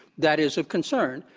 that is a concern.